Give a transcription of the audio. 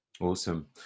Awesome